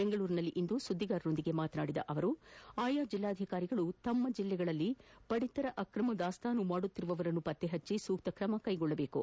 ಬೆಂಗಳೂರಿನಲ್ಲಿಂದು ಸುದ್ದಿಗಾರರೊಂದಿಗೆ ಮಾತನಾಡಿದ ಅವರು ಆಯಾ ಜಿಲ್ಲಾಧಿಕಾರಿಗಳು ತಮ್ಮ ಜಿಲ್ಲೆಯಲ್ಲಿ ಪಡಿತರ ಅಕ್ರಮ ದಾಸ್ತಾನು ಮಾಡುತ್ತಿರುವವರನ್ನು ಪತ್ತೆ ಹಚ್ಚಿ ಸೂಕ್ತ ಕ್ರಮ ಕೈಗೊಳ್ಳಬೇಕು